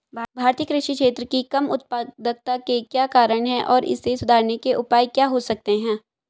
भारतीय कृषि क्षेत्र की कम उत्पादकता के क्या कारण हैं और इसे सुधारने के उपाय क्या हो सकते हैं?